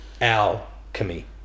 Alchemy